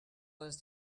les